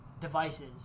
devices